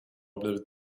blivit